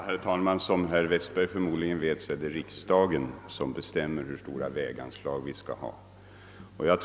Herr talman! Som herr Westberg förmodligen vet är det riksdagen som bestämmer om våra väganslag.